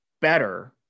better